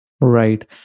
Right